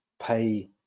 pay